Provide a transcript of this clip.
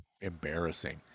embarrassing